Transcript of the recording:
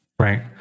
Right